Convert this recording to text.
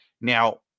now